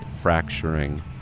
Fracturing